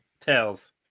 Tails